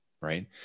Right